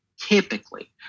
typically